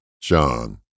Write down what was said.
John